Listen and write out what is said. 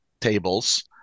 tables